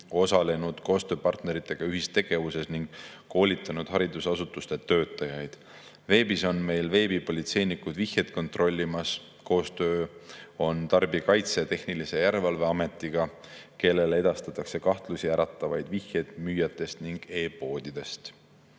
osalenud koostööpartneritega ühistegevuses ning koolitanud haridusasutuste töötajaid. Veebis on meil veebipolitseinikud vihjeid kontrollimas. Koostöö on Tarbijakaitse ja Tehnilise Järelevalve Ametiga, kellele edastatakse kahtlust äratavaid vihjeid müüjate ning e‑poodide